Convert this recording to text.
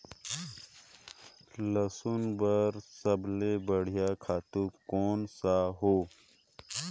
लसुन बार सबले बढ़िया खातु कोन सा हो?